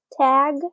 tag